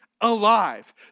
alive